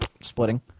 splitting